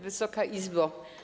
Wysoka Izbo!